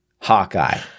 hawkeye